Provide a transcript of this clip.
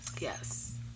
Yes